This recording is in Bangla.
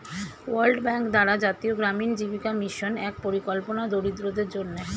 ওয়ার্ল্ড ব্যাংক দ্বারা জাতীয় গ্রামীণ জীবিকা মিশন এক পরিকল্পনা দরিদ্রদের জন্যে